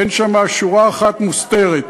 אין שם שורה אחת מוסתרת.